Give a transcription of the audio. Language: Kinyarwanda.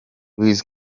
wiz